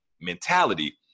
mentality